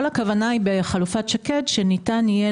כל הכוונה בחלופת שקד היא שניתן יהיה